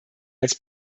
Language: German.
als